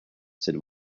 said